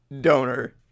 donor